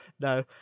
no